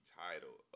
title